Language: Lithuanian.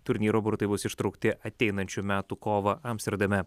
turnyro burtai bus ištraukti ateinančių metų kovą amsterdame